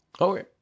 Okay